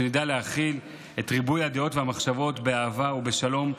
שנדע להכיל את ריבוי הדעות והמחשבות באהבה ובשלום,